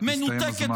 הסתיים הזמן.